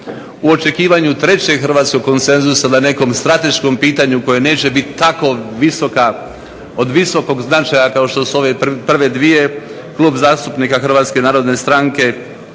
u očekivanju trećeg hrvatskog konsenzusa na nekom strateškom pitanju koje neće biti tako visoka, od visokog značaja kao što su ove prve dvije Klub zastupnika Hrvatske narodne stranke